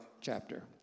chapter